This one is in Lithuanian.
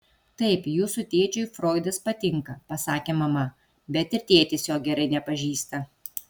taip jūsų tėčiui froidas patinka pasakė mama bet ir tėtis jo gerai nepažįsta